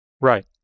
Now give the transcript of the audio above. Right